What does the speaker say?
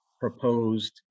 proposed